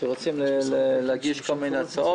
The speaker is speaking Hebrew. שרוצים להגיש כל מיני הצעות.